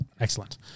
Excellent